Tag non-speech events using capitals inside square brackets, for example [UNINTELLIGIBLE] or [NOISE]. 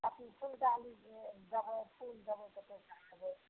अथी फुलडाली दहो फूल दहो [UNINTELLIGIBLE]